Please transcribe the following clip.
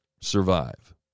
survive